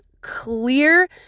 clear